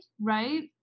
right